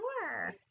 sure